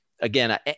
again